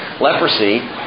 Leprosy